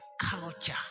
culture